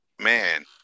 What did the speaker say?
man